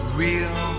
real